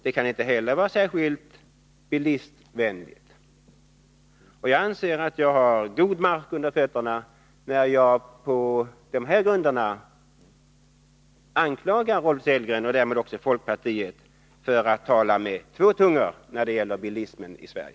Det är inte heller särskilt bilistvänligt. Jag anser att jag har fast mark under fötterna när jag på de här grunderna anklagar Rolf Sellgren och därmed också folkpartiet för att tala med två tungor när det gäller bilismen i Sverige.